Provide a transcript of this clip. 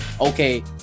okay